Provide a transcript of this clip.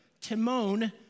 Timon